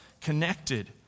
connected